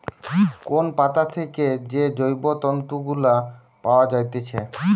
কোন পাতা থেকে যে জৈব তন্তু গুলা পায়া যাইতেছে